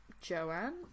Joanne